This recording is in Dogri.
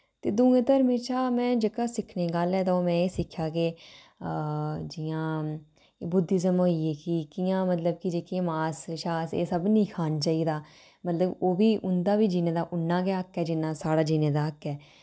ते दुएं धर्में शा में जेह्का सिक्खने ई गल्ल ऐ तां ओह् में एह् सिक्खेआ के जियां बुद्धिसम होई गेई के कि'यां मतलब कि जेह्की मास शास एह् सब निं खाने चाहिदा मतलब ओह् बी उं'दा बी जीने दा उन्ना गै हक्क ऐ जिन्ना साढ़ा जीने दा हक्क ऐ